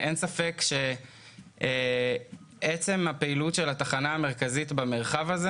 אין ספק שעצם הפעילות של התחנה המרכזית במרחב הזה